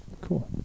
Cool